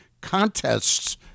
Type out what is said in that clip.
contests